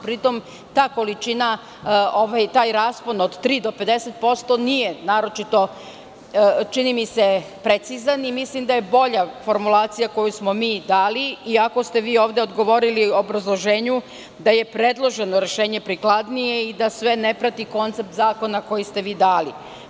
Pritom, taj raspon od 3% do 50% nije naročito, čini mi se, precizan i mislim da je bolja formulacija koju smo mi dali, iako ste vi ovde odgovorili u obrazloženju da je predloženo rešenje prikladnije i da sve ne prati koncept zakona koji ste vi dali.